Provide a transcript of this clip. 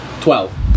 Twelve